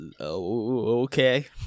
okay